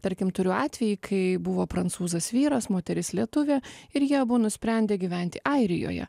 tarkim turiu atvejį kai buvo prancūzas vyras moteris lietuvė ir jie abu nusprendė gyventi airijoje